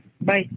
Bye